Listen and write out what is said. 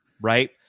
right